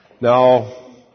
Now